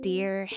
Dear